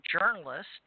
journalist